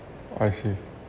I see